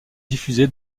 diffusée